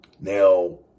now